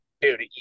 dude